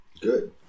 Good